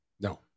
No